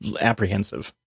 apprehensive